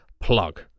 plug